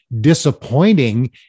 disappointing